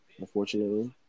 unfortunately